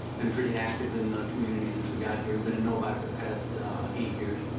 been pretty active in the community since we got here. we've been in novi for the past eight years,